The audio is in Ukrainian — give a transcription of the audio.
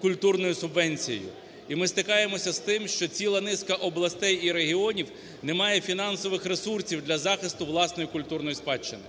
культурною субвенцією і ми стикаємося з тим, що ціла низка областей і регіонів не має фінансових ресурсів для захисту власної культурної спадщини.